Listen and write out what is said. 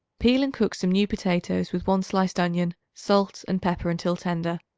peel and cook some new potatoes with one sliced onion, salt and pepper, until tender.